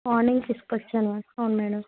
morning సిక్స్కి వచ్చాను అవును మేడం